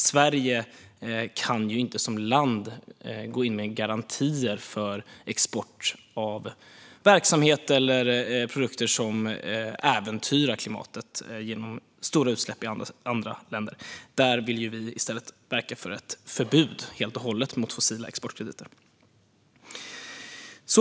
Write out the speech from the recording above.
Sverige som land kan inte gå in med garantier för export av verksamhet eller produkter som äventyrar klimatet genom stora utsläpp i andra länder. Vi vill i stället verka för ett fullständigt förbud mot fossila exportkrediter.